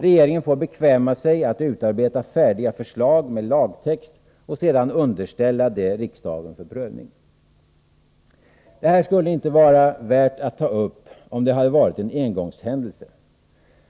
Regeringen får bekväma sig att utarbeta färdiga förslag med lagtext och sedan underställa dem riksdagens prövning. Det här skulle inte vara värt att ta upp om det hade varit en engångshändelse.